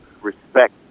respect